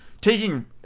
taking